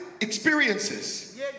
experiences